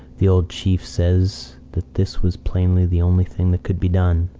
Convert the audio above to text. the old chief says that this was plainly the only thing that could be done.